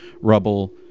rubble